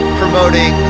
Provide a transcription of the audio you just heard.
promoting